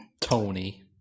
Tony